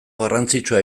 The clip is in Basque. garrantzitsua